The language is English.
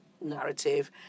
narrative